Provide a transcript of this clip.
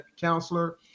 counselor